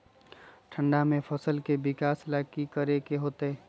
ठंडा में फसल के विकास ला की करे के होतै?